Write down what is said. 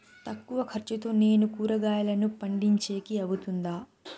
తక్కువ ఖర్చుతో నేను కూరగాయలను పండించేకి అవుతుందా?